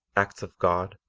act of god,